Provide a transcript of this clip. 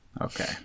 Okay